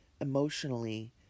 emotionally